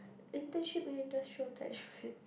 internship and industrial attachments